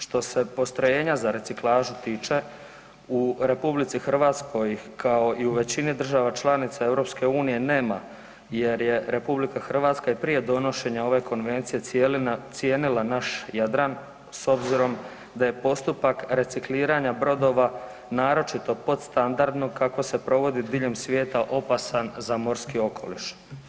Što se postrojenja za reciklažu tiče u RH kao i u većini država članica EU nema jer je RH i prije donošenja ove Konvencije cijenila naš Jadran s obzirom da je postupak recikliranja brodova naročito pod standardno kako se provodi diljem svijeta opasan za morski okoliš.